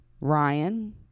Ryan